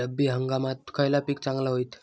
रब्बी हंगामाक खयला पीक चांगला होईत?